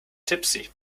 tipsy